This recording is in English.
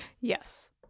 Yes